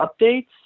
updates